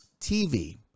TV